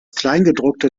kleingedruckte